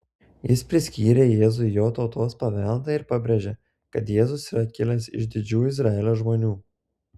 jis priskyrė jėzui jo tautos paveldą ir pabrėžė kad jėzus yra kilęs iš didžių izraelio žmonių